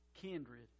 Kindred